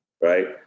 right